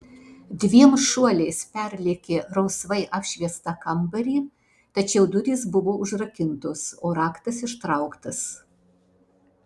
dviem šuoliais perlėkė rausvai apšviestą kambarį tačiau durys buvo užrakintos o raktas ištrauktas